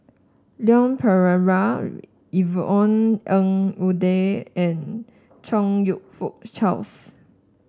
Leon Perera Yvonne Ng Uhde and Chong You Fook Charles